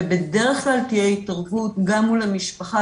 בדרך כלל תהיה התערבות גם מול המשפחה,